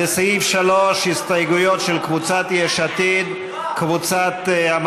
לסעיף 3 הסתייגויות של חברי הכנסת יאיר לפיד, יעל